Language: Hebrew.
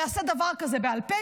יעשה דבר כזה בעל פה,